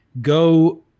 Go